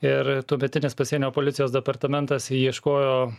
ir tuometinis pasienio policijos departamentas ieškojo